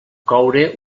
coure